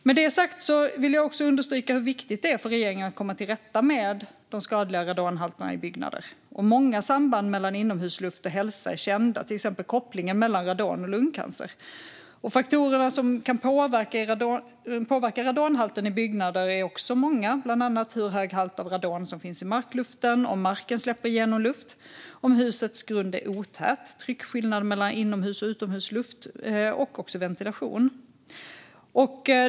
Med det sagt vill jag också understryka hur viktigt det är för regeringen att komma till rätta med skadliga radonhalter i byggnader. Många samband mellan inomhusluft och hälsa är kända, till exempel kopplingen mellan radon och lungcancer. Faktorerna som kan påverka radonhalten i byggnader är många, bland annat hur hög halt av radon som finns i markluften, om marken släpper igenom luft, om husets grund är otät, tryckskillnad mellan inomhus och utomhusluft och ventilation.